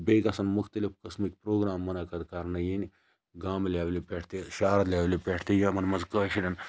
بیٚیہِ گَژھَن مُختَلِف قٕسمٕکۍ پروگرام مُنعقَد کَرنہٕ یِنۍ گامہٕ لیٚولہِ پیٹھ تہِ شَہرٕ لیٚولہِ پٮ۪ٹھ تہِ یِمَن مَنٛز کٲشرٮ۪ن